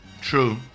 true